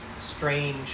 strange